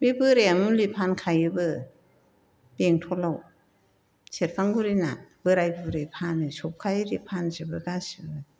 बे बोराया मुलि फानखायोबो बेंटलाव सेरफांगुरिना बोराय बुरै फानो सप्था एरि फानजोबो गासैबो